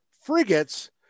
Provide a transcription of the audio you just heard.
frigates